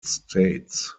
states